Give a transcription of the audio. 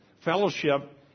Fellowship